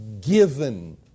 given